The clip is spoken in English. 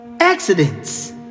accidents